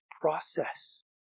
process